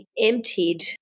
emptied